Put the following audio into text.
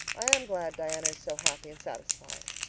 i am glad diana is so happy and satisfied.